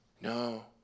No